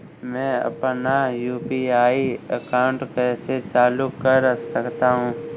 मैं अपना UPI account कैसे चालू कर सकता हूँ?